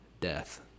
death